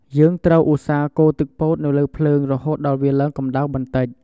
យើងត្រូវឧស្សាហ៍កូរទឹកពោតនៅលើភ្លើងហូតដល់វាឡើងក្ដៅបន្ដិច។